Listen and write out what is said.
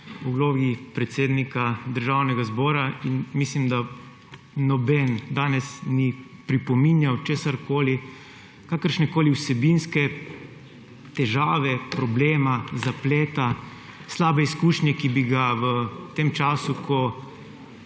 v vlogi predsednika Državnega zbora. Mislim, da noben danes ni pripominjal česarkoli, kakršnekoli vsebinske težave, problema, zapleta, slabe izkušnje, ki bi ga v tem času, ko